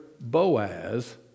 Boaz